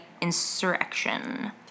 insurrection